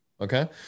okay